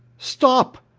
stop!